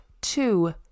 two